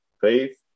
faith